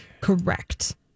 Correct